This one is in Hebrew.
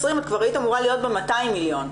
את כבר היית אמורה להיות ב-200 מיליון.